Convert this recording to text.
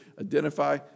identify